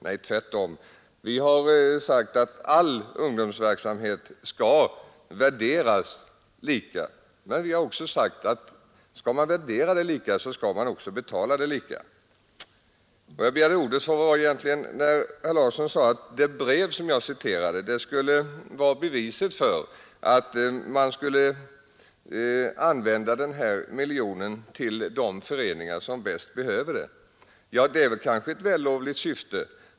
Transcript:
Nej, tvärtom har vi sagt att all ungdomsverksamhet skall värderas lika men också att man då skall betala de olika verksamheterna lika. Anledningen till att jag begärde ordet var egentligen herr Larssons yttrande att det brev som jag citerade var beviset för att man borde använda den aktuella miljonen till de föreningar som bäst behövde pengarna. Ja, det är kanske ett vällovligt syfte.